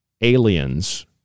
aliens